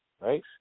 right